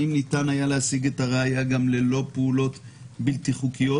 למשל האם ניתן היה להשיג את הראיה גם ללא פעולות בלתי חוקיות.